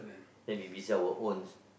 then be busy our owns